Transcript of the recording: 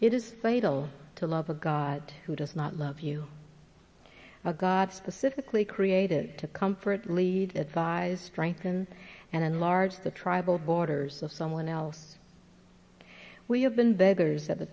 fatal to love a god who does not love you a god specifically created to comfort lead advise strengthen and enlarge the tribal borders of someone else we have been beggars at the